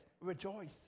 rejoice